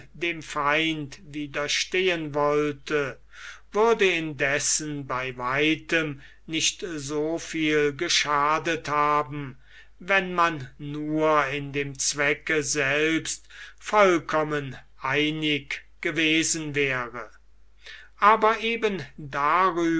dem feind widerstehen wollte würde indessen bei weitem nicht so viel geschadet haben wenn man nur in dem zwecke selbst vollkommen einig gewesen wäre aber eben darüber